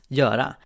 göra